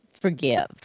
Forgive